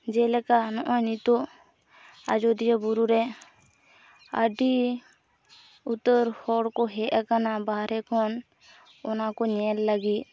ᱡᱮᱞᱮᱠᱟ ᱱᱚᱜᱼᱚᱸᱭ ᱱᱤᱛᱚᱜ ᱟᱡᱳᱫᱤᱭᱟᱹ ᱵᱩᱨᱩᱨᱮ ᱟᱹᱰᱤ ᱩᱛᱟᱹᱨ ᱦᱚᱲᱠᱚ ᱦᱮᱡ ᱟᱠᱟᱱᱟ ᱵᱟᱦᱨᱮ ᱠᱷᱚᱱ ᱚᱱᱟᱠᱚ ᱧᱮᱞ ᱞᱟᱹᱜᱤᱫ